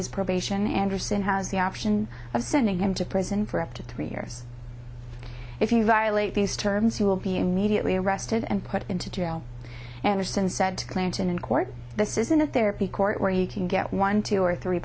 his probation anderson has the option of sending him to prison for up to three years if you violate these terms you will be immediately arrested and put into jail anderson said to clinton in court this isn't a therapy court where you can get one two or three